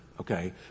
Okay